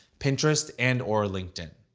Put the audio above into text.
pinterest and or linkedin.